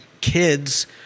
kids